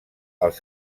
els